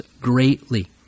greatly